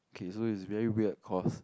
okay so is very weird cause